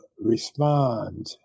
respond